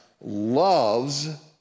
loves